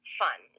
fun